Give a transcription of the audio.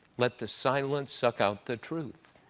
let the silence suck out the truth.